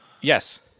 Yes